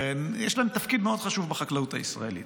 יש להן תפקיד מאוד חשוב בחקלאות הישראלית.